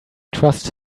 trust